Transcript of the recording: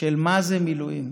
מה זה מילואים,